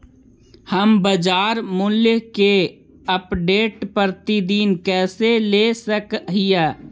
हम बाजार मूल्य के अपडेट, प्रतिदिन कैसे ले सक हिय?